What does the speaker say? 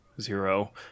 Zero